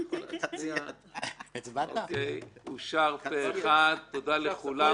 הצבעה בעד 3 נגד,